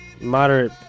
moderate